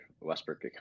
Westbrook